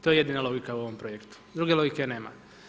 To je jedina logika u ovom projektu, druge logike nema.